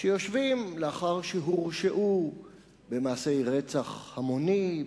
שיושבים לאחר שהורשעו במעשי רצח המוני,